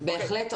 בהחלט.